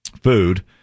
food